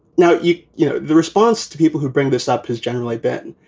now, you you know, the response to people who bring this up is generally better. and